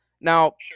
Now